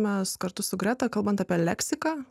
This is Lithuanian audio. mes kartu su greta kalbant apie leksiką